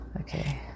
okay